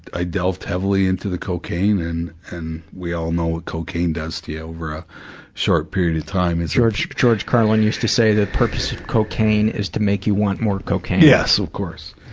i dealt heavily into the cocaine and and we all know what cocaine does to you over a short period of time, it's paul george, george carlin used to say, the purpose of cocaine is to make you want more cocaine. yes, of course.